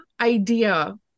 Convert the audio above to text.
idea